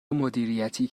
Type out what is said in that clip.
مدیریتی